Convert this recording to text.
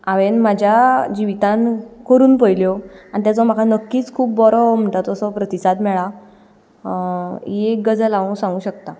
हांवे म्हज्या जिवितांत करून पयल्यो आनी तेचो म्हाका नक्कीच खूब बरो म्हणटा तसो प्रतिसाद मेळ्ळा ही एक गजाल हांव सांगूंक शकता